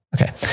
Okay